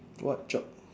what job